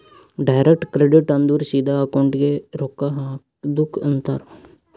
direct credit ಅಂದುರ್ ಸಿದಾ ಅಕೌಂಟ್ಗೆ ರೊಕ್ಕಾ ಹಾಕದುಕ್ ಅಂತಾರ್